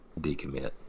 decommit